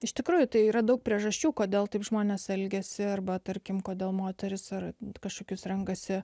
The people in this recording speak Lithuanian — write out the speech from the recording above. iš tikrųjų tai yra daug priežasčių kodėl taip žmonės elgiasi arba tarkim kodėl moterys ar kažkokius renkasi